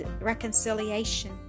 reconciliation